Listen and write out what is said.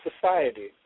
society